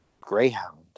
Greyhound